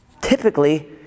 typically